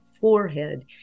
forehead